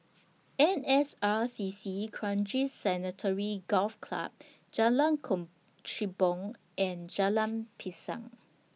N S R C C Kranji Sanctuary Golf Club Jalan Kechubong and Jalan Pisang